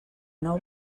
nou